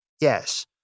yes